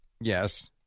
Yes